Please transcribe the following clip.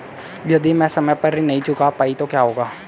यदि मैं समय पर ऋण नहीं चुका पाई तो क्या होगा?